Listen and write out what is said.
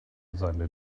seine